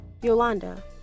Yolanda